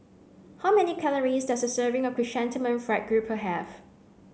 how many calories does a serving of chrysanthemum fried grouper have